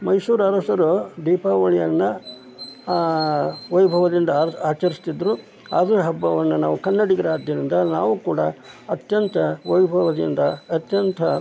ಮೈಸೂರು ಅರಸರು ದೀಪಾವಳಿಯನ್ನು ವೈಭವದಿಂದ ಆಚರಿಸ್ತಿದ್ದರು ಅದೇ ಹಬ್ಬವನ್ನ ನಾವು ಕನ್ನಡಿಗರು ಅದರಿಂದ ನಾವು ಕೂಡ ಅತ್ಯಂತ ವೈಭವದಿಂದ ಅತ್ಯಂತ